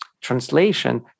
translation